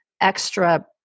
extra